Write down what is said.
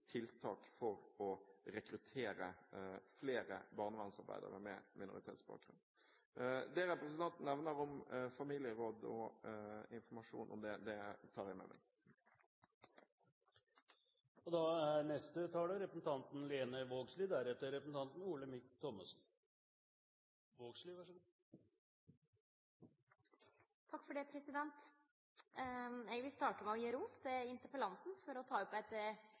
tiltak for å rekruttere flere barnevernsarbeidere med minoritetsbakgrunn. Det representanten nevner om familieråd og informasjon om det, tar jeg med meg. Eg vil starte med å gje ros til interpellanten for å ta opp